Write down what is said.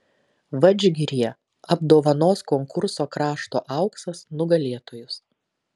vadžgiryje apdovanos konkurso krašto auksas nugalėtojus